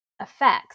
effects